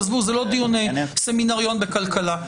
זה לא סמינריון בכלכלה.